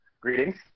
greetings